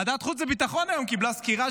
ועדת החוץ והביטחון היום קיבלה סקירה